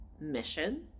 mission